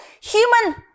human